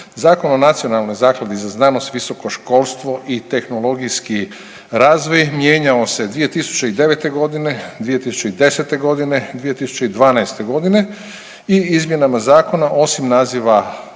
Zakon o Nacionalnoj zakladi za znanost, visoko školstvo i tehnologijski razvoj mijenjao se 2009. godine, 2010. godine, 2012. godine i izmjenama zakona osim naziva